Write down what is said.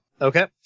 Okay